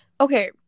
okay